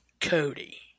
Cody